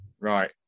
Right